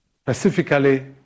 Specifically